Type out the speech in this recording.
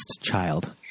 child